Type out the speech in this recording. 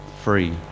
free